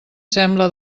sembla